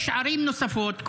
יש ערים נוספות,